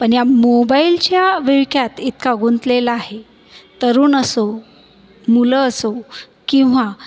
पण या मोबाईलच्या विळख्यात इतका गुंतलेला आहे तरुण असो मुलं असो किंवा